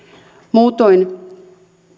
muutoin